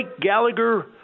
Gallagher